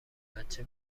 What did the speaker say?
بچه